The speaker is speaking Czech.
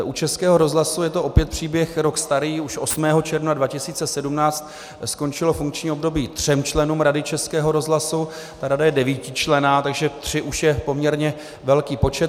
U Českého rozhlasu je to opět příběh rok starý, už 8. června 2017 skončilo funkční období třem členům Rady Českého rozhlasu, ta rada je devítičlenná, takže tři už je poměrně velký počet.